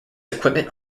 equipment